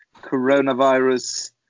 coronavirus